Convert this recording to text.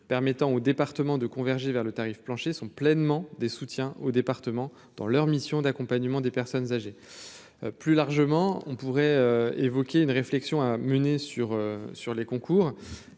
permettant au département de converger vers le tarif plancher sont pleinement des soutiens au département dans leur mission d'accompagnement des personnes âgées, plus largement, on pourrait évoquer une réflexion à mener sur sur les concours